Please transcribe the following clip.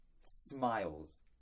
smiles